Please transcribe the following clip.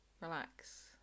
relax